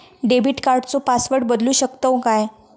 Debit कार्डचो password बदलु शकतव काय?